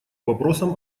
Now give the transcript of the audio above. вопросам